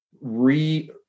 re